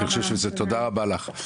הוצאתי את הבת שלי מהצהרונית וזה כואב,